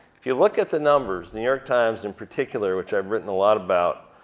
if you look at the numbers, new york times in particular which i've written a lot about,